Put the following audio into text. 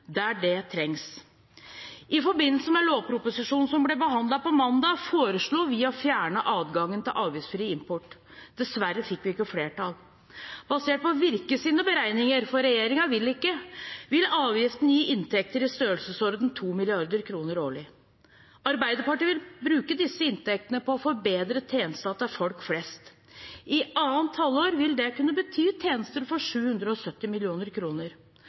der det trengs. I forbindelse med lovproposisjonen som ble behandlet på mandag, foreslo vi å fjerne adgangen til avgiftsfri import. Dessverre fikk vi ikke flertall. Basert på Virkes beregninger – for regjeringen vil ikke – vil avgiften gi inntekter i størrelsesorden 2 mrd. kr årlig. Arbeiderpartiet vil bruke disse inntektene til å forbedre tjenestene til folk flest. I andre halvår vil det kunne bety tjenester for 770